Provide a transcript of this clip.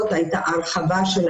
זאת הבעיה כי הסיכוי הוא